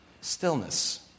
stillness